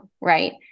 Right